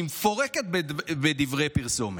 והיא מפורקת בדברי פרסומת?